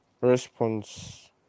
response